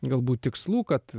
galbūt tikslų kad